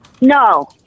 No